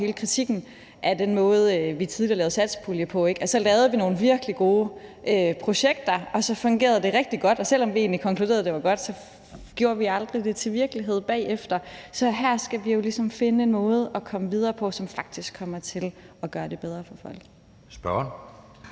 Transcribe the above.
hele kritikken af den måde, vi tidligere lavede satspuljer på, gik på, at vi lavede nogle virkelig gode projekter, som fungerede rigtig godt, og selv om vi konkluderede, at det var godt, gjorde vi det aldrig til virkelighed bagefter, så her skal vi jo finde en måde at komme videre på, som faktisk kommer til at gøre det bedre for folk.